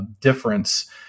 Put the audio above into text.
difference